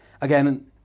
again